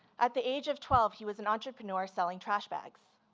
at the age of twelve, he was an entrepreneur selling trash bags.